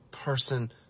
person